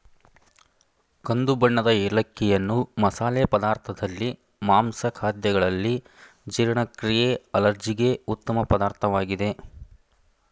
ಕಂದು ಬಣ್ಣದ ಏಲಕ್ಕಿಯನ್ನು ಮಸಾಲೆ ಪದಾರ್ಥದಲ್ಲಿ, ಮಾಂಸ ಖಾದ್ಯಗಳಲ್ಲಿ, ಜೀರ್ಣಕ್ರಿಯೆ ಅಲರ್ಜಿಗೆ ಉತ್ತಮ ಪದಾರ್ಥವಾಗಿದೆ